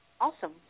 Awesome